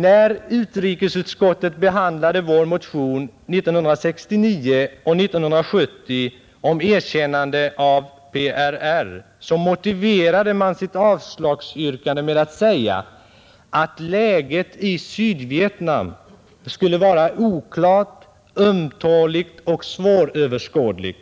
När utrikesutskottet behandlade våra motioner 1969 och 1970 om erkännande av PRR, motiverade utskottet sitt avslagsyrkande med att säga att läget i Sydvietnam skulle vara oklart, ömtåligt och svåröverskådligt.